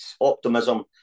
optimism